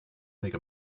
make